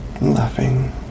laughing